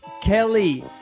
Kelly